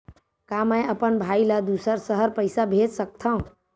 का मैं अपन भाई ल दुसर शहर पईसा भेज सकथव?